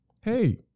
Hey